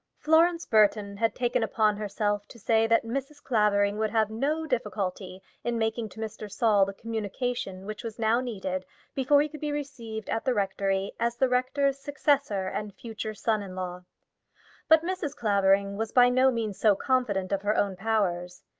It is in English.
florence burton had taken upon herself to say that mrs. clavering would have no difficulty in making to mr. saul the communication which was now needed before he could be received at the rectory, as the rector's successor and future son-in-law but mrs. clavering was by no means so confident of her own powers.